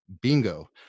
bingo